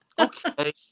okay